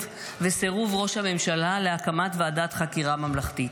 וסירוב ראש הממשלה להקמת ועדת חקירה ממלכתית.